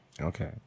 Okay